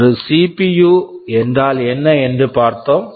ஒரு CPU CPU என்றால் என்ன என்று பார்த்தோம்